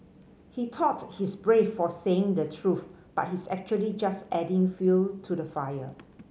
he thought he's brave for saying the truth but he's actually just adding fuel to the fire